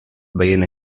veient